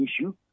issue